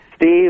Steve